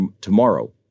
tomorrow